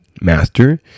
Master